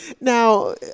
Now